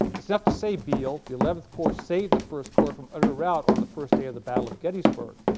its enough to say biele that the eleventh corps saved the first corps from utter route on the first day of the battle of gettysburg.